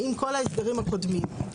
עם כל ההסברים הקודמים.